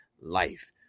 life